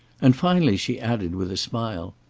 and finally she added, with a smile,